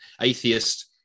atheist